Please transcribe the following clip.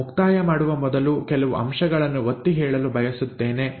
ನಾನು ಮುಕ್ತಾಯ ಮಾಡುವ ಮೊದಲು ಕೆಲವು ಅಂಶಗಳನ್ನು ಒತ್ತಿ ಹೇಳಲು ಬಯಸುತ್ತೇನೆ